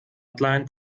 hotline